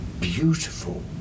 beautiful